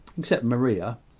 except maria,